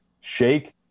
shake